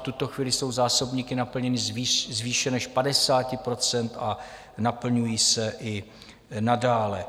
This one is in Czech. V tuto chvíli jsou zásobníky naplněny z výše než 50 % a naplňují se i nadále.